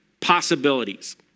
possibilities